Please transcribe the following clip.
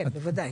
כן, בוודאי.